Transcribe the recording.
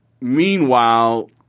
Meanwhile